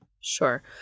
Sure